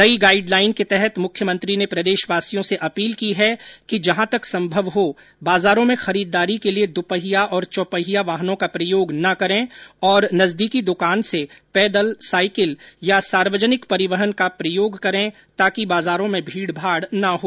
नई गाइडलाइन के तहत मुख्यमंत्री ने प्रदेशवासियों से अपील की है कि जहां तक संभव हो बाजारों में खरीददारी के लिए द्रपहिया और चौपहिया वाहनों का प्रयोग ना करे और नजदीकी दुकान से पैदल साइकिल या सार्वजनिक परिवहन का प्रयोग करें ताकि बाजारों में भीड़भाड़ ना हो